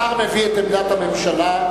השר מביא את עמדת הממשלה.